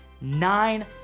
Nine